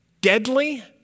deadly